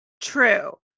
True